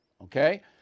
okay